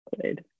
played